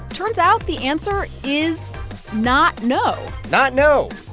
turns out, the answer is not no not no,